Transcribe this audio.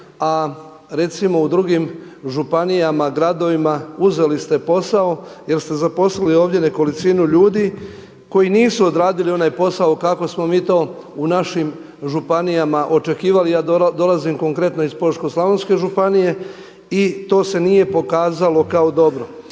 a recimo u drugim županijama, gradovima uzeli ste posao jer ste zaposlili ovdje nekolicinu ljudi koji nisu odradili onaj posao kako smo mi to u našim županijama očekivali. Ja dolazim konkretno iz Požeško-slavonske županije i to se nije pokazalo kao dobro.